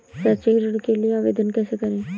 शैक्षिक ऋण के लिए आवेदन कैसे करें?